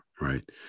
right